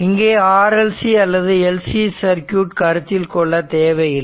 இங்கே RLC அல்லது LC circuit கருத்தில் கொள்ள தேவை இல்லை